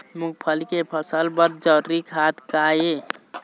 मूंगफली के फसल बर जरूरी खाद का ये?